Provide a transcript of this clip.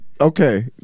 okay